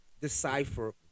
decipher